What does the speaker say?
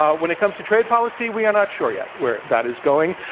um when it comes to trade policy, we are not sure yet where that is going.